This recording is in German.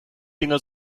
dinger